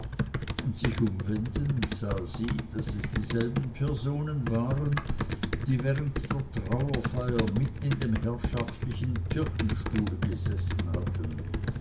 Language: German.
und sich umwendend sah sie daß es dieselben personen waren die während der trauerfeier mit in dem herrschaftlichen kirchenstuhle gesessen hatten